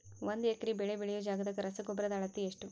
ಒಂದ್ ಎಕರೆ ಬೆಳೆ ಬೆಳಿಯೋ ಜಗದಾಗ ರಸಗೊಬ್ಬರದ ಅಳತಿ ಎಷ್ಟು?